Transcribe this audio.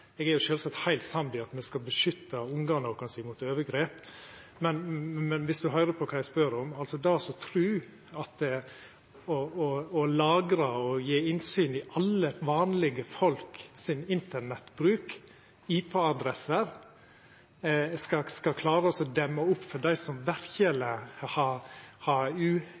Eg er sjølvsagt heilt samd i at me skal beskytta ungane våre mot overgrep, høyr kva eg spør om. Det å tru at å lagra og gje innsyn i internettbruken og IP-adressene til alle vanlege folk skal klara å demma opp for dei som verkeleg har